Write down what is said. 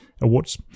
awards